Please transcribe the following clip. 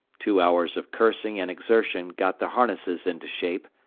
two hours of cursing and exertion got the harnesses into shape,